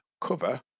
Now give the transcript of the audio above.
cover